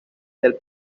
del